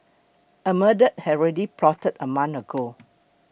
a murder had already plotted a month ago